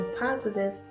positive